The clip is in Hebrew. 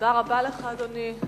תודה רבה לך, אדוני.